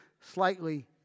slightly